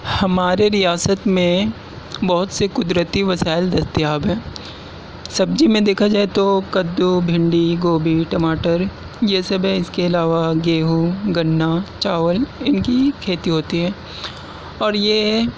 ہمارے ریاست میں بہت سے قدرتی وسائل دستیاب ہیں سبزی میں دیکھا جائے تو کدو بھنڈی گوبھی ٹماٹر یہ سب ہیں اس کے علاوہ گیہوں گنا چاول ان کی کھیتی ہوتی ہے اور یہ